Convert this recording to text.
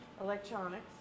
electronics